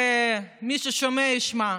ומי ששומע ישמע,